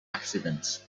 accidents